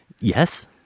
Yes